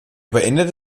beendete